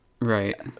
Right